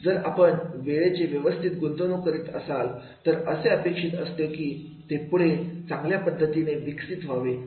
जर आपण वेळेची व्यवस्थित गुंतवणूक करीत असाल तर असे अपेक्षित असते की ते पुढे चांगल्या पद्धतीने विकसित व्हावे